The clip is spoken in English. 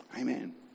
Amen